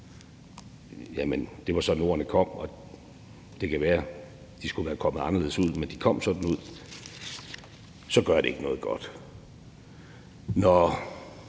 regime. Det var sådan, ordene kom, og det kan være, at de skulle være kommet anderledes ud, men de kom sådan ud, og det gør ikke noget godt. Når